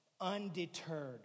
undeterred